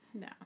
No